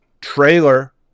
trailer